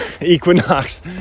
Equinox